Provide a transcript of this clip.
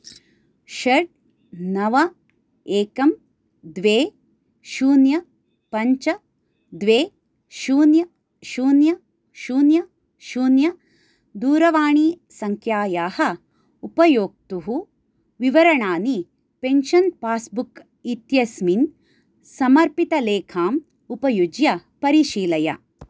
षट् नव एकं द्वे शून्य पञ्च द्वे शून्य शून्य शून्य शून्य दूरवाणीसङ्ख्यायाः उपयोक्तुः विवरणानि पेन्शन् पास्बुक् इत्यस्मिन् समर्पितलेखाम् उपयुज्य परिशीलय